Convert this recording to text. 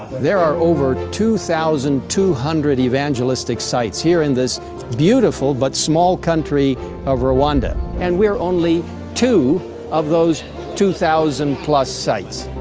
there are over two thousand two hundred evangelistic sites, here in this beautiful, but small country of rwanda. and we are only two of those two thousand plus sites.